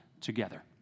together